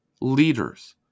Leaders